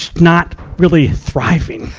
not really thriving.